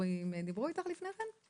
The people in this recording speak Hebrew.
דיברו איתך לפני כן?